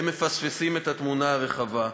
הם מפספסים את התמונה הרחבה.